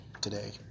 today